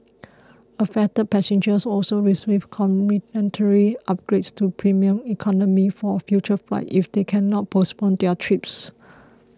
affected passengers will also receive complimentary upgrades to premium economy for future flights if they cannot postpone their trips